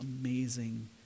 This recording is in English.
amazing